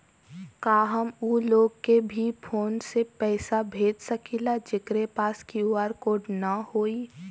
का हम ऊ लोग के भी फोन से पैसा भेज सकीला जेकरे पास क्यू.आर कोड न होई?